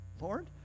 Lord